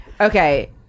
Okay